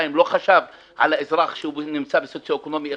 לא חשב על האזרח שנמצא בסוציואקונומי 1,